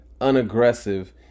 unaggressive